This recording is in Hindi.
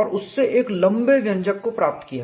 और उससे एक लंबे व्यंजक को प्राप्त किया